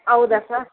ಹೌದಾ ಸಾ